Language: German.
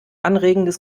anregendes